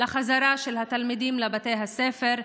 לחזרה של התלמידים לבתי הספר,